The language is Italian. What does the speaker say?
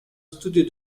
studio